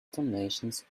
donations